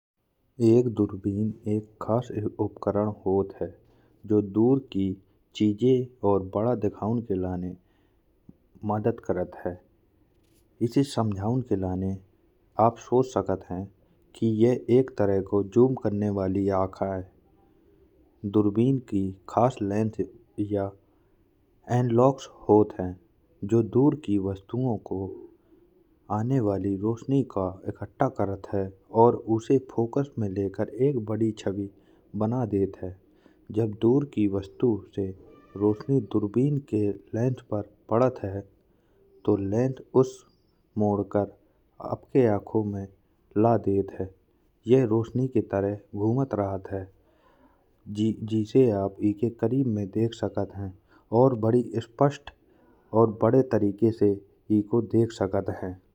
एक दूरबीन एक खास उपकरण होत है जो दूर की चीज़े और बड़ा दिखऊन के लाने मदद करत है। इसे समझऊं के लाने आप सोच सकत है कि यह एक तरह को ज़ूम करनें वाली आँख आये। दूरबीन के खास लेंस या याक होत है जो दूर की वस्तुओं को आने वाली रौशनी को इकट्ठा करत है और उसे फोकस में लेकर एक बड़ी छवि बना देत है। जब दूर की वस्तु से रौशनी दूरबीन के लेंस पर पड़त है तो लेंस उसे मोड़कर आपके आँखों ला देत है। यह रौशनी की तरह घूमत रहत है जिससे आप एके करीब में देख सकत है और बड़ी स्पष्ट और बड़े तरीकों से एको देख सकत है।